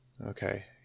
Okay